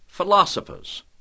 Philosophers